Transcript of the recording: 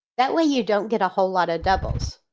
that way you don't get a whole lot of doubles.